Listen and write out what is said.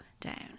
down